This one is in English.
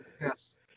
Yes